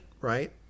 right